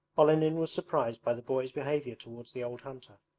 olenin was surprised by the boys' behavior towards the old hunter,